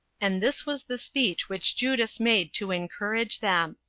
and this was the speech which judas made to encourage them.